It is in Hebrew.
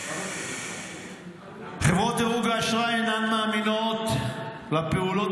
חברות דירוג האשראי אינן מאמינות לפעולות